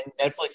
Netflix